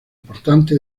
importante